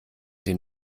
den